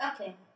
Okay